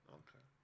okay